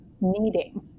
needing